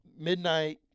midnight –